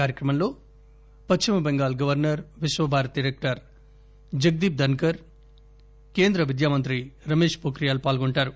కార్యక్రమంలో Paschim Bengal governor Visva Bharati rector Jagdeep Dhankhar కేంద్ర విద్యా మంత్రి రమేశ్ వోఖ్రియాల్ పాల్గొంటారు